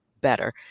better